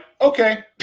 okay